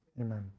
Amen